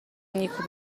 نیکو